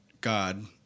God